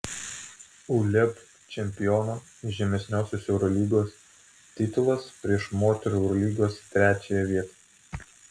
uleb čempiono žemesniosios eurolygos titulas prieš moterų eurolygos trečiąją vietą